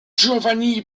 giovanni